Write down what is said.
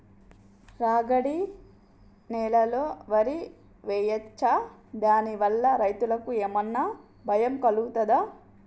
రాగడి నేలలో వరి వేయచ్చా దాని వల్ల రైతులకు ఏమన్నా భయం కలుగుతదా?